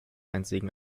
einzigen